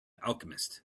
alchemist